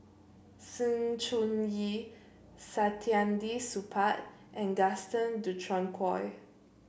Sng Choon Yee Saktiandi Supaat and Gaston Dutronquoy